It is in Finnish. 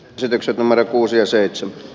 syytökset omar kuusio seitsemän